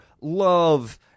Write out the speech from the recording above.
love